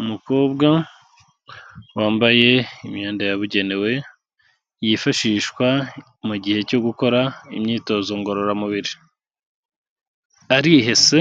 Umukobwa wambaye imyenda yabugenewe, yifashishwa mu gihe cyo gukora imyitozo ngororamubiri, arihese